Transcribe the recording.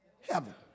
heaven